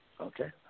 Okay